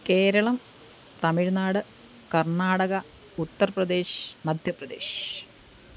Keralam Tamil Nadu Karnataka Uttar Pradesh Madhya Pradesh